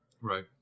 Right